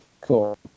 Cool